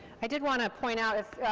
i did want to point out if,